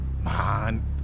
Man